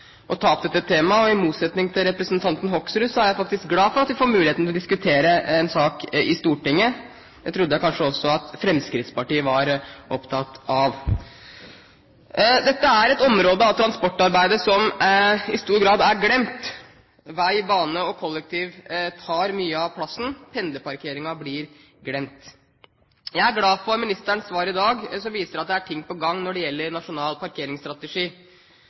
å ta opp dette temaet. I motsetning til representanten Hoksrud er jeg faktisk glad for at vi får muligheten til å diskutere en slik sak i Stortinget. Det trodde jeg kanskje også at Fremskrittspartiet var opptatt av. Dette er et område av transportarbeidet som i stor grad er glemt. Vei, bane og kollektiv tar mye av plassen, pendlerparkeringen blir glemt. Jeg er glad for ministerens svar i dag, som viser at det er ting på gang når det gjelder en nasjonal parkeringsstrategi.